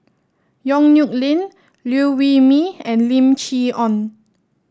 Yong Nyuk Lin Liew Wee Mee and Lim Chee Onn